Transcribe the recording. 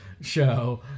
show